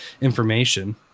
information